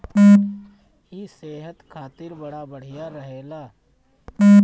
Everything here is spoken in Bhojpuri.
इ सेहत खातिर बड़ा बढ़िया रहेला